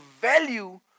value